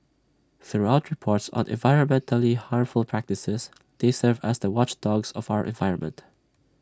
through reports on environmentally harmful practices they serve as the watchdogs of our environment